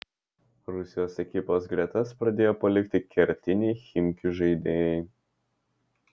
rusijos ekipos gretas pradėjo palikti kertiniai chimki žaidėjai